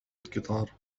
القطار